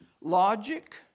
logic